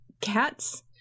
cats